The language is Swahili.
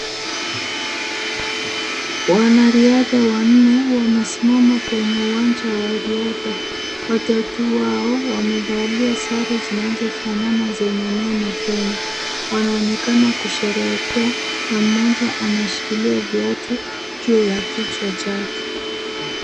Wanariadha wanne wamesimama kwenye uwanja wa riadha, watatu wao wamevalia sare zinazofanana zenye neno Kenya. Wanaonekana kusherehekea na mmoja anashikilia viatu juu ya kichwa chake.